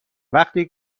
وقتی